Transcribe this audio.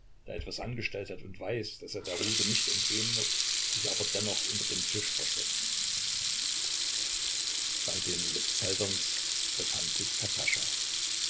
der etwas angestellt hat und weiß daß er der rute nicht entgehen wird sich aber dennoch unter den tisch versteckt bei den lebzelterns befand sich